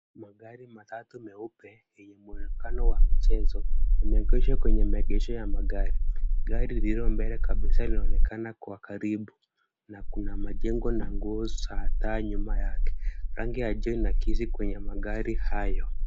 Magari matatu meupe yenye mwonekano wa michezo, imeegeshwa kwenye maegesho ya magari. Gari lililo mbele kabisa linaonekana kwa karibu na kuna majengo na nguzo za taa nyuma yake. Rangi ya jua inaakisi kwenye magari hayo.